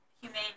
humane